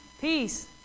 Peace